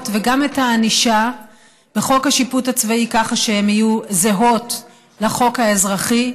וגם את הענישה בחוק השיפוט הצבאי כך שיהיו זהות לחוק האזרחי.